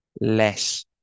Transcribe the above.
less